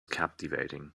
captivating